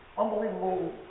unbelievable